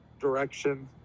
direction